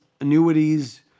annuities